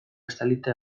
estalita